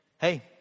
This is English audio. hey